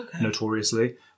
notoriously